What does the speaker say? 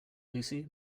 lucy